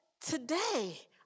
today